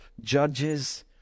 Judges